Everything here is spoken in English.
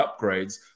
upgrades